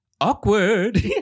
Awkward